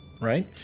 right